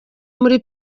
muri